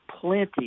plenty